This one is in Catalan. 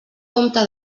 compte